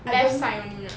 left side already lah